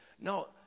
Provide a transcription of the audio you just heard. No